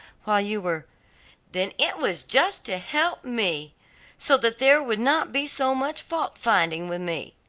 while you were then it was just to help me so that there would not be so much fault finding with me.